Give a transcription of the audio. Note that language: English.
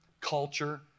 culture